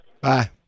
Bye